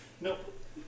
Nope